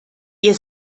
ihr